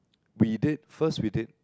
we did first we did